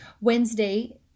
Wednesday